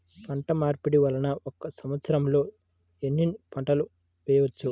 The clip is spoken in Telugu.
పంటమార్పిడి వలన ఒక్క సంవత్సరంలో ఎన్ని పంటలు వేయవచ్చు?